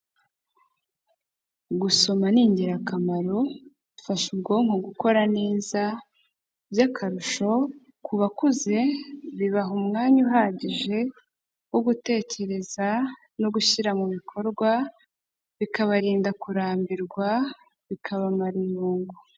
Gusoma ni ingirakamaro bifasha ubwonko gukora neza, by'akarusho ku bakuze bibaha umwanya uhagije wo gutekereza no gushyira mu bikorwa, bikabarinda kurambirwa bikabamara irungu.